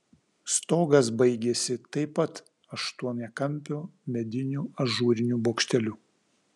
stogas baigėsi taip pat aštuoniakampiu mediniu ažūriniu bokšteliu